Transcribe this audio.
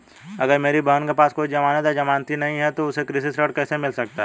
अगर मेरी बहन के पास कोई जमानत या जमानती नहीं है तो उसे कृषि ऋण कैसे मिल सकता है?